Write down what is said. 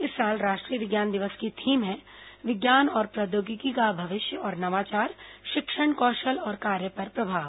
इस साल राष्ट्रीय विज्ञान दिवस की थीम है विज्ञान और प्रौद्योगिकी का भविष्य और नवाचार शिक्षण कौशल और कार्य पर प्रभाव